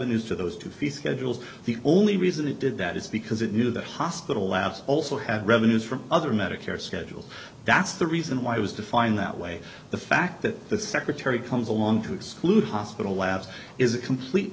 revenues to those two feet schedules the only reason it did that is because it knew that hospital labs also had revenues from other medicare schedule that's the reason why it was defined that way the fact that the secretary comes along to exclude hospital labs is a complete